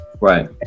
Right